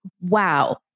wow